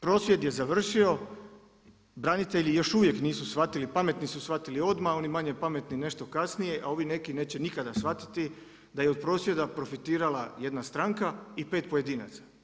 Prosvjed je završio, branitelji još uvijek nisu shvatili, pametni su shvatili odmah, a oni manje pametni nešto kasnije, a ovi neki neće nikada shvatiti da je od prosvjeda profitirala jedna stranka i pet pojedinaca.